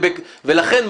לכן,